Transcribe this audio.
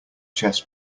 chess